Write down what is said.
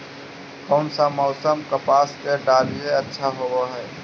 कोन सा मोसम कपास के डालीय अच्छा होबहय?